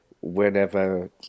whenever